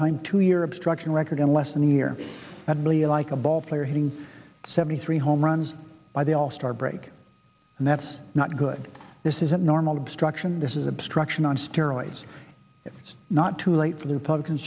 time two year obstruction record in less than a year that million like a ballplayer hitting seventy three home runs by the all star break and that's not good this isn't normal obstruction this is obstruction on steroids it's not too late for the republicans